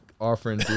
offering